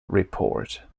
report